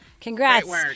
Congrats